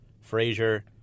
Frazier